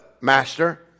Master